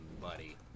buddy